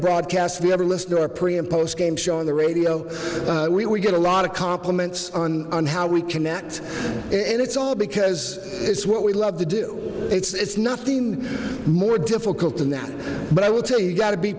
broadcast you ever listen to a pretty and post game show on the radio we we get a lot of compliments on how we connect and it's all because it's what we love to do it's nothing more difficult than that but i will tell you got to be